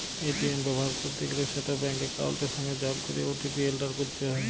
ATM ব্যাভার ক্যরতে গ্যালে সেট ব্যাংক একাউলটের সংগে যগ ক্যরে ও.টি.পি এলটার ক্যরতে হ্যয়